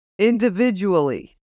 individually